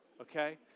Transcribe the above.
Okay